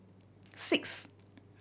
six